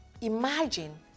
imagine